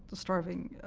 starving.